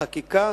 החקיקה